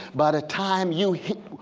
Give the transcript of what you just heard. but ah time you hit,